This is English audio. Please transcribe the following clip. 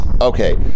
okay